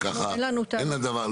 אנחנו אין לנו טענות.